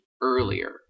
earlier